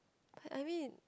but I mean